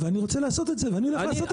ואני רוצה לעשות את זה ואני הולך לעשות את זה.